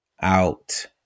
out